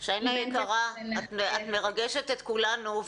שיינא יקרה, את מרגשת את כולנו.